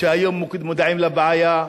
שהיו מודעים לבעיה,